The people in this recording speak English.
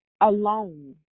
alone